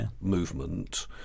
movement